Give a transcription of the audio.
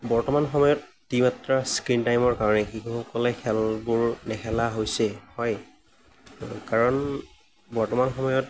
বৰ্তমান সময়ত অতিমাত্ৰা স্ক্ৰিন টাইমৰ কাৰণে শিশুসকলে খেলবোৰ নেখেলা হৈছে হয় কাৰণ বৰ্তমান সময়ত